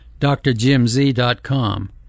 drjimz.com